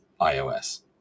iOS